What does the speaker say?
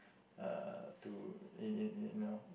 uh to y~ y~ you know